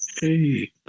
hey